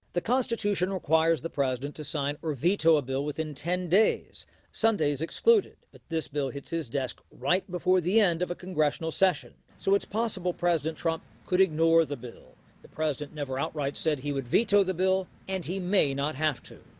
the constitution requires the president to sign. or veto a bill. within ten days sundays excluded. but, this bill hits his desk right before the end of a congressional session. so it's possible president trump could ignore the bill. the president never outright said he would veto the bill. and he may not have to.